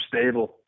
stable